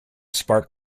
spark